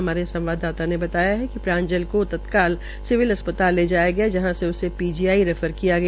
हमारे संवाददाता ने बताया कि प्रांजल को तत्काल सिविल अस्पताल ले जाया गया जहां से उसे पीजीआई रेफर किया गया